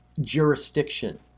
jurisdiction